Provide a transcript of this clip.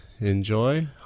enjoy